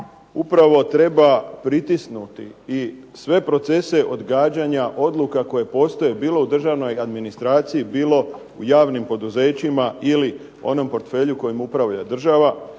upravo treba pritisnuti i sve procese odgađanja odluka koje postoje bilo u državnoj administraciji, bilo u javnim poduzećima ili onom portfelju kojim upravlja država